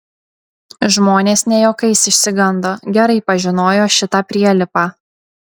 žmonės ne juokais išsigando gerai pažinojo šitą prielipą